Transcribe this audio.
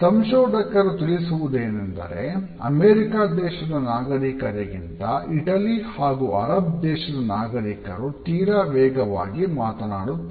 ಸಂಶೋಧಕರು ತಿಳಿಸುವುದೇನೆಂದರೆ ಅಮೇರಿಕ ದೇಶದ ನಾಗರೀಕರಿಗಿಂತ ಇಟಲಿ ಹಾಗು ಅರಬ್ ದೇಶದ ನಾಗರೀಕರು ತೀರಾ ವೇಗವಾಗಿ ಮಾತನಾಡುತ್ತಾರೆ